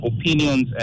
opinions